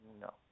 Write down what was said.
No